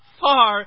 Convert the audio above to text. far